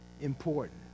important